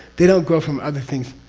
they don't go from other things.